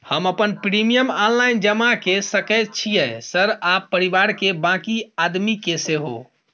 हम अपन premium online जमा के सके छियै सर आ परिवार के बाँकी आदमी के सेहो?